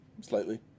slightly